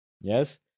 Yes